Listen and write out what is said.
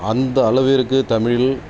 அந்த அளவிற்கு தமிழில்